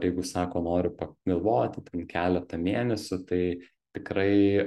jeigu sako noriu pagalvoti ten keletą mėnesių tai tikrai